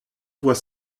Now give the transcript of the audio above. voit